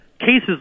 cases